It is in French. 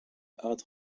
hard